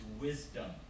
wisdom